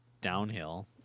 downhill